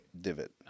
divot